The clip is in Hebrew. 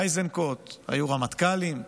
איזנקוט, שהיו רמטכ"לים,